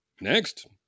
Next